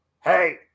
hey